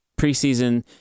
preseason